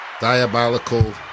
diabolical